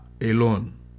alone